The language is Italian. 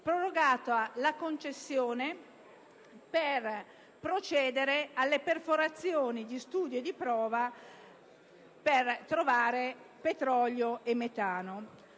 prorogata la concessione per procedere alle perforazioni di studio e di prova per la ricerca di petrolio e metano.